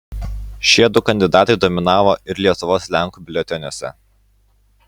šie du kandidatai dominavo ir lietuvos lenkų biuleteniuose